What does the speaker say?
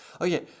okay